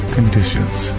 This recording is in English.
Conditions